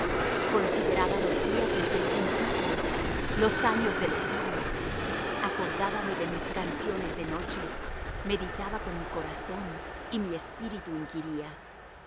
consideraba los días desde el principio los años de los siglos acordábame de mis canciones de noche meditaba con mi corazón y mi espíritu inquiría